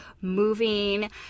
moving